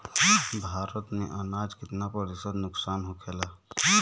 भारत में अनाज कितना प्रतिशत नुकसान होखेला?